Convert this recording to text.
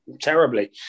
terribly